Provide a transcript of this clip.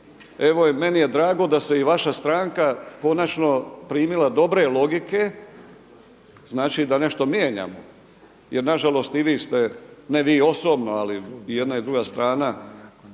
Evo meni je drago da se i vaša stranka konačno primila dobre logike, znači da nešto mijenjamo, jer na žalost i vi ste, ne vi osobno, ali jedna i druga strana